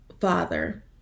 Father